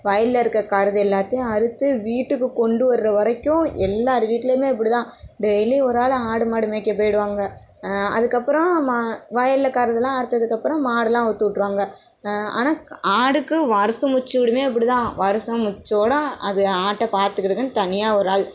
வயல்ல இருக்க கருது எல்லாத்தையும் அறுத்து வீட்டுக்கு கொண்டு வர்ற வரைக்கும் எல்லார் வீட்டிலயுமே இப்படிதான் டெய்லி ஒரு ஆள் ஆடு மாடு மேய்க்க போய்டுவாங்கள் அதுக்கப்புறம் ம வயல்ல கருதெலாம் அறுத்ததுக்கப்புறம் மாடெலாம் அவித்து விட்ருவாங்க ஆனால் ஆடுக்கு வருடம் முச்சூடுமே இப்படிதான் வருசம் முச்சூடும் அது ஆட்டை பார்த்துக்கிடதுக்குன்னு தனியாக ஒரு ஆள்